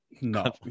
no